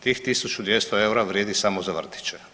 Tih 1200 eura vrijedi samo za vrtiće.